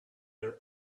their